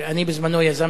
אני בזמנו יזמתי,